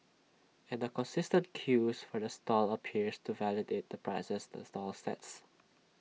and the consistent queues for the stall appears to validate the prices the stall sets